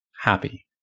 happy